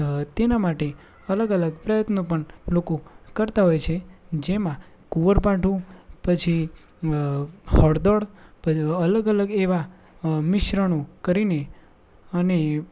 તેના માટે અલગ અલગ પ્રયત્નો પણ લોકો કરતા હોય છે જેમાં કુંવારપાઠું પછી હળદર પછી અલગ અલગ એવાં મિશ્રણો કરીને અને